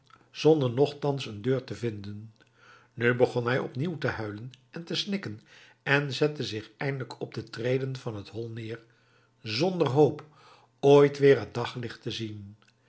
zonder nochtans een deur te vinden nu begon hij opnieuw te huilen en te snikken en zette zich eindelijk op de treden van het hol neer zonder hoop ooit weer het daglicht te zien